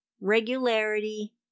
regularity